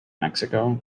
mexico